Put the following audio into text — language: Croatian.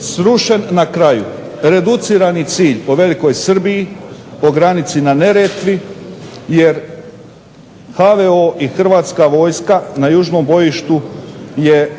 srušen na kraju reducirani cilj o velikoj Srbiji, o granici na Neretvi. Jer HVO i Hrvatska vojska na južnom bojištu je